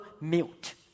mute